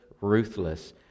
ruthless